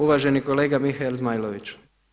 Uvaženi kolega Mihael Zmajlović.